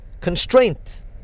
constraint